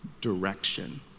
direction